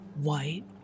white